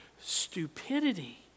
stupidity